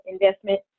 investment